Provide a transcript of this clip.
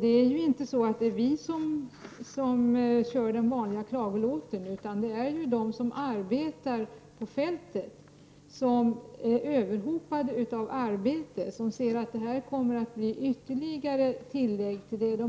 Det är inte vi som kör med den vanliga klagolåten, utan det är de som arbetar ute på fältet som klagar. De är redan överhopade med arbete och ser detta som en ytterligare börda.